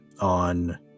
on